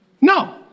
No